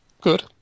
Good